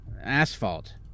asphalt